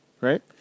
Right